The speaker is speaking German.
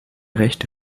rechte